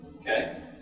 Okay